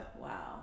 Wow